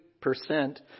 percent